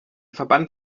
verband